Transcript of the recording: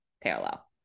Parallel